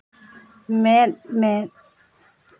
ᱢᱮᱸᱫ ᱢᱮᱸᱫ